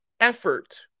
Effort